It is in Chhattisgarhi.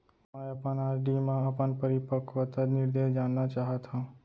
मै अपन आर.डी मा अपन परिपक्वता निर्देश जानना चाहात हव